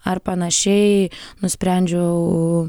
ar panašiai nusprendžiau